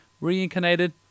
reincarnated